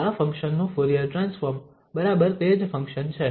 તેથી આ ફંક્શન નું ફુરીયર ટ્રાન્સફોર્મ બરાબર તે જ ફંક્શન છે